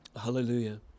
Hallelujah